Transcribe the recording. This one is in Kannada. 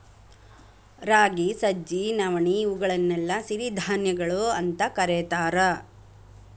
ರಾಗಿ, ಸಜ್ಜಿ, ನವಣಿ, ಇವುಗಳನ್ನೆಲ್ಲ ಸಿರಿಧಾನ್ಯಗಳು ಅಂತ ಕರೇತಾರ